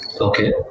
Okay